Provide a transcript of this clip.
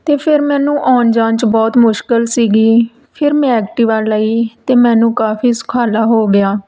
ਅਤੇ ਫਿਰ ਮੈਨੂੰ ਆਉਣ ਜਾਣ 'ਚ ਬਹੁਤ ਮੁਸ਼ਕਿਲ ਸੀਗੀ ਫਿਰ ਮੈਂ ਐਕਟੀਵਾ ਲਈ ਅਤੇ ਮੈਨੂੰ ਕਾਫ਼ੀ ਸੁਖਾਲਾ ਹੋ ਗਿਆ